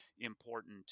important